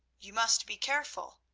you must be careful,